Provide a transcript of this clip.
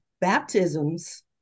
baptisms